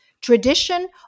tradition